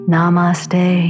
Namaste